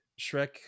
Shrek